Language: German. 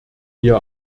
wir